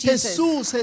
Jesus